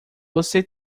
você